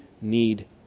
need